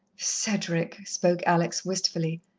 cedric! spoke alex wistfully.